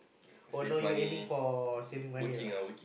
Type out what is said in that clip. oh now you aiming for saving money lah